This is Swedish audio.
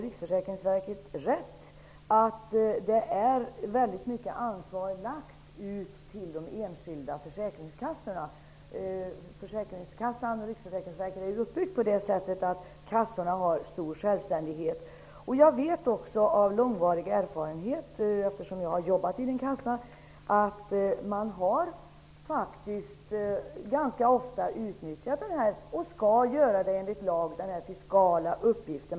Riksförsäkringsverket har rätt i att mycket ansvar är lagt på de enskilda försäkringskassorna. Systemet är uppbyggt så att kassorna har stor självständighet. Jag vet också av lång erfarenhet, eftersom jag har jobbat vid en kassa, att man faktiskt ganska ofta utnyttjat denna möjlighet. Kassorna skall enligt lag fullgöra denna fiskala uppgift.